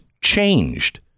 changed